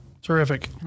Terrific